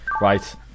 Right